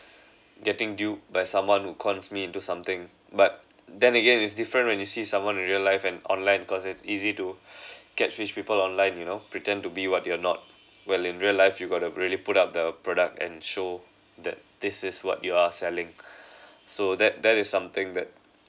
getting duped by someone who cons me into something but then again it's different when you see someone in real life and online cause it's easy to get rich people online you know pretend to be what you are not well in real life you got to really put up the product and show that this is what you are selling so that that is something that